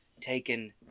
taken